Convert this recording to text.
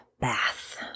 bath